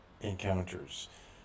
encounters